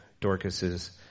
Dorcas's